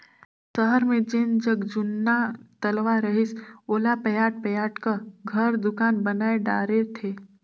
सहर मे जेन जग जुन्ना तलवा रहिस ओला पयाट पयाट क घर, दुकान बनाय डारे थे